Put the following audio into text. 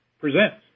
presents